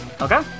Okay